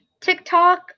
TikTok